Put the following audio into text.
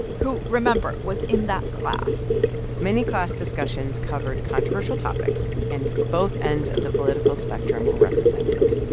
who remember was in that class many class discussions covered controversial topics, and both ends of the political spectrum were represented.